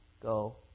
go